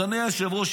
אדוני היושב-ראש,